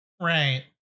Right